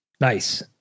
Nice